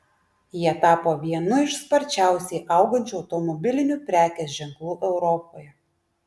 jie tapo vienu iš sparčiausiai augančių automobilinių prekės ženklų europoje